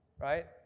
Right